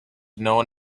known